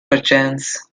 perchance